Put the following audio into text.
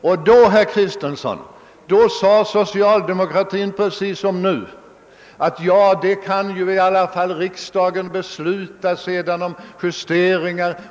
Socialdemokratin sade då precis som nu, herr Kristenson: »Riksdagen kan senare vid lämpligt tillfälle besluta om en justering.